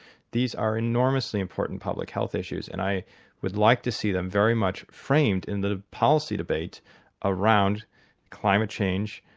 these are enormously important public health issues and i would like to see them very much framed in the policy debate around climate change,